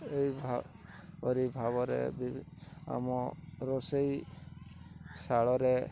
ଏଇ ପରି ଭାବରେ ବି ଆମ ରୋଷେଇଶାଳରେ